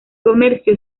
comercio